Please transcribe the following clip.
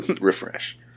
Refresh